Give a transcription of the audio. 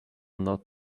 not